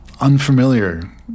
unfamiliar